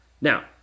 Now